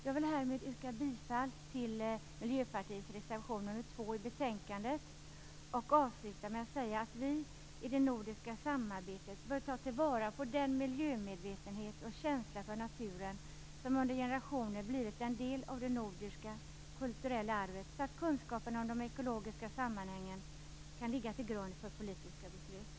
Jag vill härmed yrka bifall till Miljöpartiets reservation nr 2 i betänkandet och avsluta med att säga att vi i det nordiska samarbetet bör ta vara på den miljömedvetenhet och känsla för naturen som under generationer har blivit en del av det nordiska kulturella arvet, så att kunskapen om de ekologiska sammanhangen kan ligga till grund för politiska beslut.